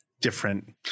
different